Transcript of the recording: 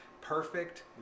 perfect